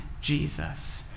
Jesus